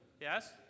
Yes